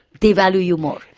they value you more.